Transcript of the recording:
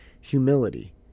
Humility